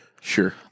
Sure